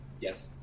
Yes